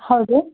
ಹೌದು